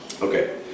Okay